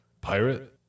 pirate